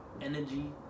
energy